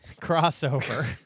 crossover